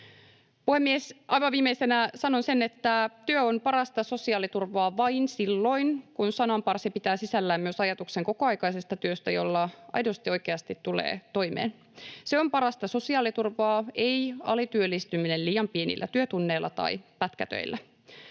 Aivan viimeisenä sanon sen, että työ on parasta sosiaaliturvaa vain silloin, kun sananparsi pitää sisällään myös ajatuksen kokoaikaisesta työstä, jolla aidosti, oikeasti tulee toimeen. Se on parasta sosiaaliturvaa, ei alityöllistyminen liian pienillä työtunneilla tai pätkätöillä.